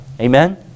Amen